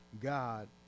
God